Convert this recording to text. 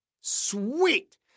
Sweet